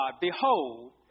behold